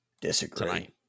Disagree